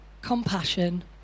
compassion